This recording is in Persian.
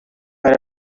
برا